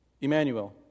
Emmanuel